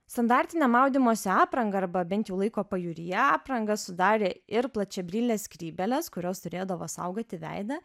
standartinę maudymosi aprangą arba bent jau laiko pajūryje aprangą sudarė ir plačiabrylės skrybėlės kurios turėdavo saugoti veidą